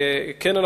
וכן,